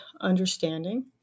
understanding